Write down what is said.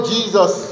Jesus